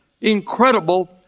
incredible